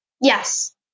Yes